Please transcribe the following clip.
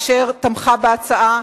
אשר תמכה בהצעה,